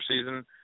season